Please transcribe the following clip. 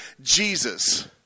Jesus